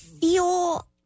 feel